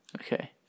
Okay